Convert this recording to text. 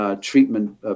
treatment